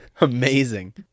amazing